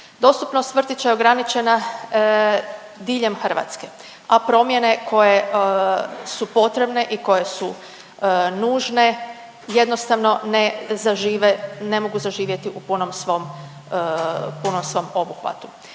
Dostupnost vrtića je ograničena diljem Hrvatske, a promjene koje su potrebne i koje su nužne jednostavno ne zažive, ne mogu zaživjeti u punom svom, punom